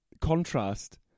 contrast